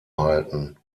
halten